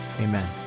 amen